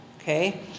Okay